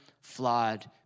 flawed